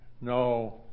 No